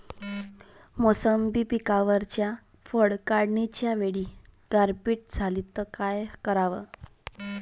मोसंबी पिकावरच्या फळं काढनीच्या वेळी गारपीट झाली त काय कराव?